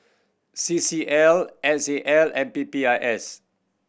C C L S A L and P P I S